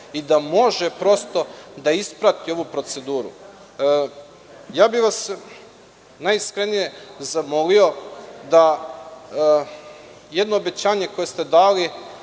i da može prosto da isprati ovu proceduru. Najiskrenije bih vas zamolio da jedno obećanje koje ste dali